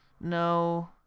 No